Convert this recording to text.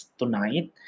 tonight